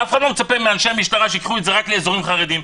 אף אחד לא מצפה מאנשי המשטרה שייקחו את זה רק לאזורים חרדיים,